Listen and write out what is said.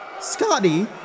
Scotty